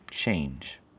change